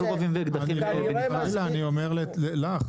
לא על רובים ואקדחים --- אני אומר לך,